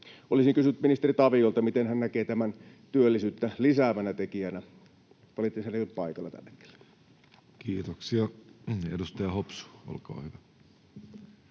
Olisin kysynyt ministeri Taviolta, miten hän näkee tämän työllisyyttä lisäävänä tekijänä, mutta valitettavasti hän ei ole paikalla tällä hetkellä. Kiitoksia. — Edustaja Hopsu, olkaa hyvä.